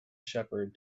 shepherd